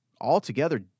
altogether